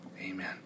Amen